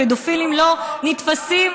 רוב הפדופילים לא נתפסים,